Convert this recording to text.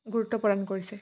গুৰুত্ব প্ৰদান কৰিছে